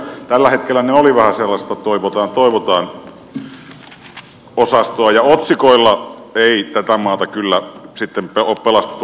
tällä hetkellä ne olivat vähän sellaista toivotaan toivotaan osastoa ja otsikoilla ei tätä maata kyllä sitten ole pelastettu koskaan